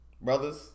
brothers